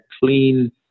clean